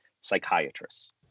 psychiatrists